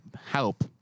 help